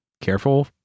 careful